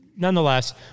nonetheless